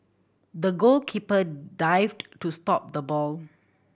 the goalkeeper dived to stop the ball